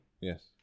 Yes